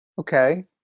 Okay